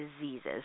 diseases